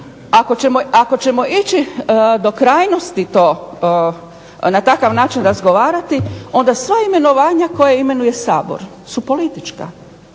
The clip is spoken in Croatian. Ako ćemo ići u krajnosti na takav način razgovarati onda sva imenovanja koja imenuje Sabor su politička